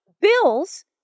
bills